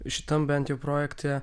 šitam bent jau projekte